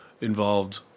involved